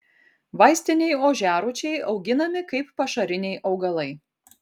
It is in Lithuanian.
vaistiniai ožiarūčiai auginami kaip pašariniai augalai